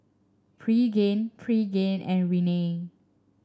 Pregain Pregain and Rene